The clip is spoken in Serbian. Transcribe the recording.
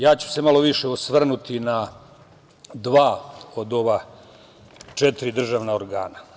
Ja ću se malo više osvrnuti na dva od ova četiri državna organa.